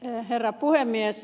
arvoisa herra puhemies